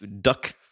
duck